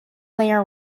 layer